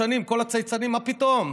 משנים כל הצייצנים: מה פתאום?